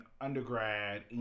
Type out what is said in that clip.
undergrad